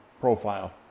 profile